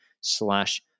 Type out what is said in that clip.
slash